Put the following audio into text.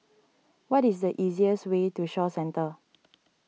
what is the easiest way to Shaw Centre